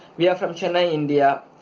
we are from chennai, india.